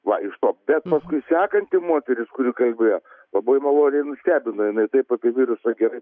va iš to bet paskui sekanti moteris kuri kalbėjo labai maloniai nustebino jinai taip apie virusą gerai